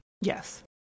Yes